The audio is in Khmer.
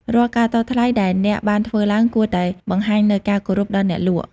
រាល់ការតថ្លៃដែលអ្នកបានធ្វើឡើង គួរតែបង្ហាញនូវការគោរពដល់អ្នកលក់។